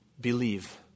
Believe